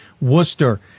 worcester